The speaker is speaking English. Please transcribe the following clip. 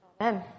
Amen